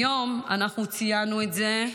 היום ציינו את זה,